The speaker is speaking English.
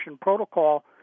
protocol